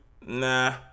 nah